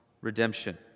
redemption